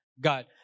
God